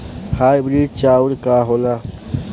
Hybrid चाउर का होला?